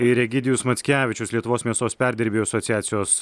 ir egidijus mackevičius lietuvos mėsos perdirbėjų asociacijos